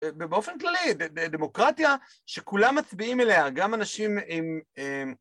באופן כללי דמוקרטיה שכולם מצביעים אליה, גם אנשים עם...